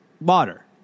water